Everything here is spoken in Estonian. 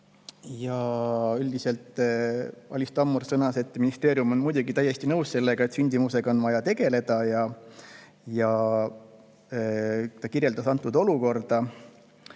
Üldiselt sõnas Alis Tammur, et ministeerium on muidugi täiesti nõus sellega, et sündimusega on vaja tegeleda, ja ta kirjeldas antud olukorda.